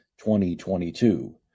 2022